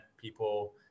people